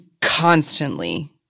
constantly